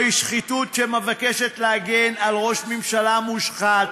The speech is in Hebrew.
זו שחיתות שנועדה להגן על ראש ממשלה מושחת.